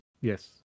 Yes